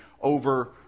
over